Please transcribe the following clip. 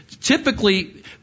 typically